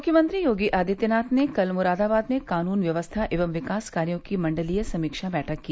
मुख्यमंत्री योगी आदित्यनाथ कल मुरादाबाद में कानून व्यवस्था एवं विकास कार्यों की मण्डलीय समीक्षा बैठक की